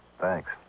Thanks